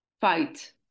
fight